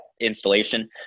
installation